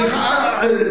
סליחה,